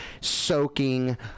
soaking